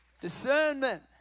Discernment